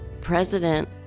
President